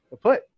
put